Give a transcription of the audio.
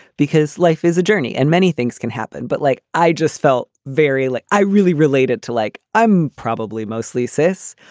because life is a journey and many things can happen. but like i just felt very like i really related to like i'm probably mostly cis.